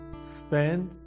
spend